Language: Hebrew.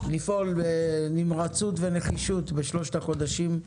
לפעול בנמרצות ונחישות בשלושת החודשים,